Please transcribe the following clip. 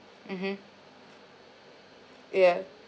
mmhmm yeah